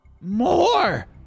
more